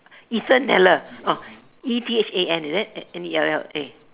Ethan-Nella oh E T H A N is it N E L L A